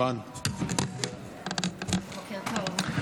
בוקר טוב.